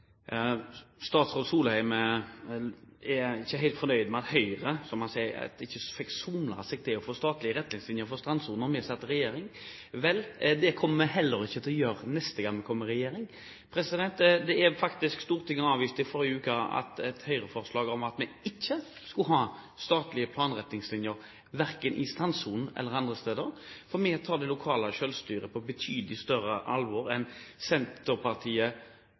Statsråd Solheim er ikke helt fornøyd med at Høyre, som han sier ikke fikk «somlet seg» til å få statlige retningslinjer for strandsonen da vi satt i regjering. Vel, det kommer vi heller ikke til å gjøre neste gang vi kommer i regjering. Stortinget avviste faktisk i forrige uke et Høyre-forslag om at vi ikke skulle ha statlige planretningslinjer, verken i strandsonen eller andre steder, for vi tar det lokale selvstyret på betydelig større alvor enn Senterpartiet